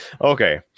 okay